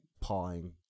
pawing